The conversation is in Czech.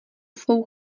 svou